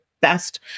best